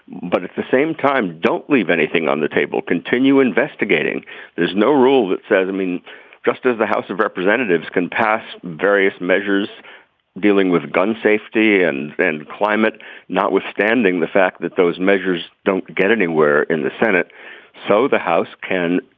but at the same time don't leave anything on the table continue investigating there's no rule that says i mean just as the house of representatives can pass various measures dealing with gun safety and then climate notwithstanding the fact that those measures don't get anywhere in the senate so the house can